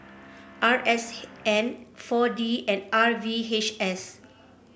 R S N four D and R V H S